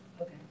Okay